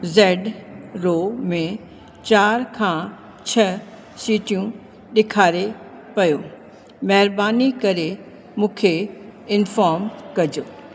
Z row में चार खां छह सीटियूं ॾेखारे पयो महिरबानी करे मूंखे इंफ़ोम कॼो